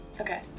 Okay